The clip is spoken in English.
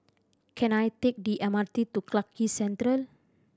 can I take the M R T to Clarke Quay Central